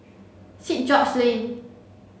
steet George's Lane